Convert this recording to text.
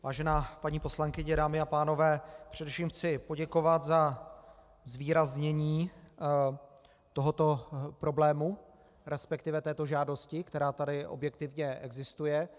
Vážená paní poslankyně, dámy a pánové, především chci poděkovat za zvýraznění tohoto problému, resp. této žádosti, která tady objektivně existuje.